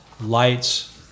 lights